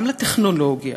גם לטכנולוגיה,